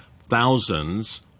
thousands